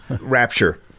rapture